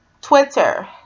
Twitter